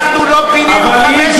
אנחנו בנינו.